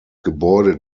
gebäude